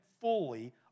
fully